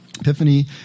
Epiphany